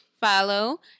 Follow